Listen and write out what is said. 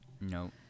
no